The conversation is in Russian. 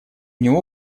него